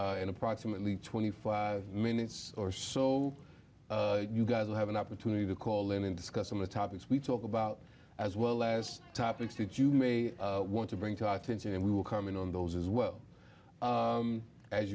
program in approximately twenty five minutes or so you guys will have an opportunity to call in and discuss some of the topics we talk about as well as topics that you may want to bring to attention and we will comment on those as well